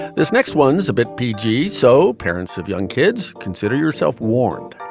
this next one's a bit p g so parents of young kids consider yourself warned